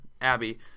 Abby